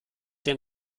den